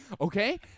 okay